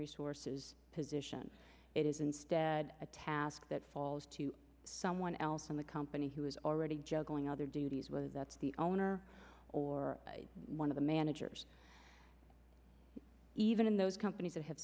resources position it is instead a task that falls to someone else in the company who is already juggling other duties whether that's the owner or one of the managers even in those companies that have